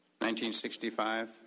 1965